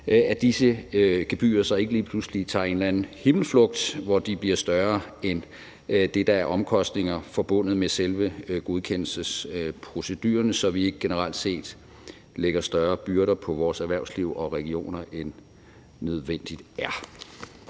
at disse gebyrer ikke lige pludselig tager en eller anden himmelflugt, hvor de bliver større end det, der er af omkostninger forbundet med selve godkendelsesprocedurerne, så vi ikke generelt set lægger større byrder på vores erhvervsliv og regioner, end hvad der